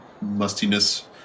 mustiness